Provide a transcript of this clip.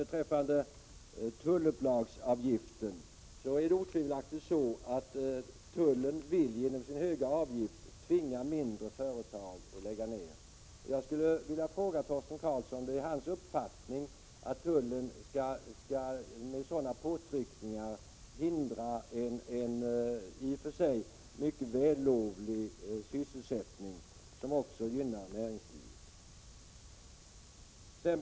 Beträffande tullupplagsavgiften är det otvivelaktigt så att tullen genom denna höga avgift vill tvinga mindre företag att lägga ner. Jag skulle vilja fråga Torsten Karlsson om det är hans uppfattning att tullen med sådana påtryckningar skall hindra en i och för sig mycket vällovlig sysselsättning, som också gynnar näringslivet.